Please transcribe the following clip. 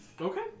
Okay